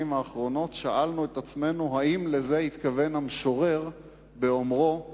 האחרונות שאלנו את עצמנו: האם לזה התכוון המשורר באומרו?